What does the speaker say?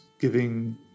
giving